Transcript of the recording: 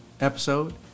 episode